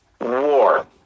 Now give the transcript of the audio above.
War